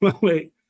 Wait